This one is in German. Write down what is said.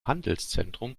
handelszentrum